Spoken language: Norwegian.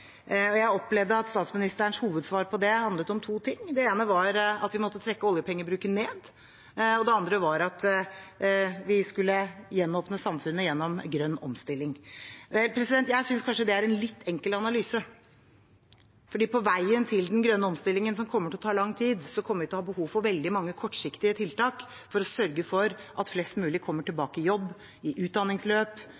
opplevde at statsministerens hovedsvar på det handlet om to ting. Det ene var at vi måtte trekke oljepengebruken ned. Det andre var at vi skulle gjenåpne samfunnet gjennom grønn omstilling. Jeg synes kanskje det er en litt enkel analyse, for på veien til den grønne omstillingen, som kommer til å ta lang tid, kommer vi til å ha behov for veldig mange kortsiktige tiltak for å sørge for at flest mulig kommer